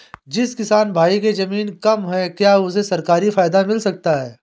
जिस किसान भाई के ज़मीन कम है क्या उसे सरकारी फायदा मिलता है?